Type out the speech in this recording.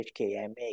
HKMA